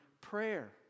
prayer